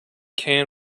can